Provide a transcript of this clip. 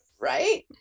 right